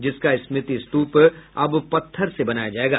जिसका स्मृति स्तूप अब पत्थर से बनाया जायेगा